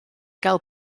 gael